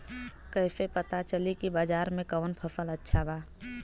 कैसे पता चली की बाजार में कवन फसल अच्छा बा?